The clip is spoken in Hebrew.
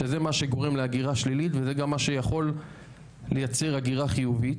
שזה מה שגורם להגירה שלילית וזה גם מה שיכול לייצר הגירה חיובית.